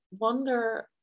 wonder